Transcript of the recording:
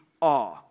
awe